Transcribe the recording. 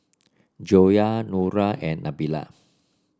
Joyah Nura and Nabila